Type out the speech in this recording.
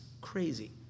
crazy